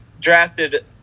drafted